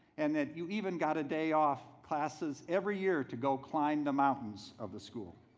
and that you even got a day off classes every year to go climb the mountains of the school.